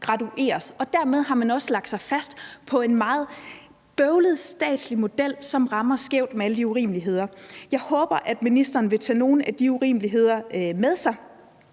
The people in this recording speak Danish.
indkomstgradueres. Dermed har man også lagt sig fast på en meget bøvlet statslig model, som rammer skævt med alle de urimeligheder. Jeg håber, at ministeren vil tage nogle af de urimeligheder med sig.